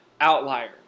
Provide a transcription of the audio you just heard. outlier